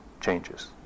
changes